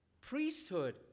priesthood